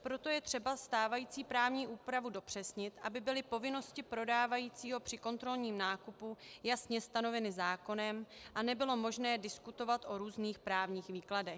Proto je třeba stávající právní úpravu dopřesnit, aby byly povinnosti prodávajícího při kontrolním nákupu jasně stanoveny zákonem a nebylo možné diskutovat o různých právních výkladech.